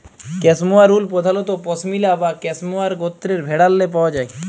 cashmere wool পধালত পশমিলা বা ক্যাসমোয়ার গত্রের ভেড়াল্লে পাউয়া যায়